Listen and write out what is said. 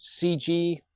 CG